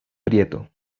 prieto